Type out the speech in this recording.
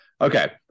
Okay